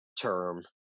term